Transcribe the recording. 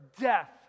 death